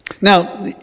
Now